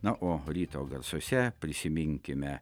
na o ryto garsuose prisiminkime